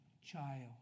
child